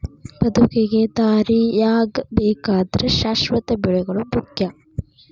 ಬದುಕಿಗೆ ದಾರಿಯಾಗಬೇಕಾದ್ರ ಶಾಶ್ವತ ಬೆಳೆಗಳು ಮುಖ್ಯ